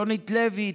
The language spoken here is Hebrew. יונית לוי,